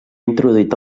introduït